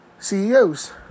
CEOs